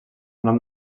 nom